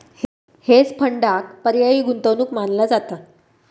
hedge फंडांक पर्यायी गुंतवणूक मानला जाता